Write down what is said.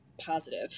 positive